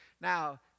Now